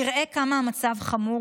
תראה כמה המצב חמור,